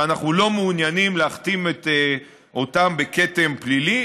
שאנחנו לא מעוניינים להכתים אותם בכתם פלילי.